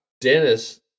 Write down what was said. Dennis